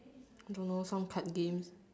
don't know some card games